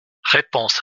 réponse